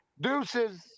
Deuces